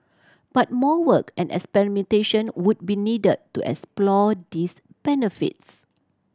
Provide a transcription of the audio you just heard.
but more work and experimentation would be needed to explore these benefits